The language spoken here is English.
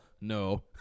no